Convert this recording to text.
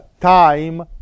time